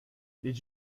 did